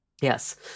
Yes